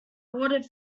ordered